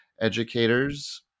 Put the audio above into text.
educators